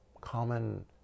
common